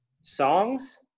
Songs